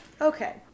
Okay